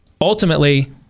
ultimately